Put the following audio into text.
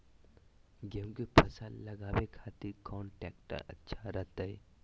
गेहूं के फसल लगावे खातिर कौन ट्रेक्टर अच्छा रहतय?